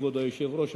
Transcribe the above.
כבוד היושב-ראש,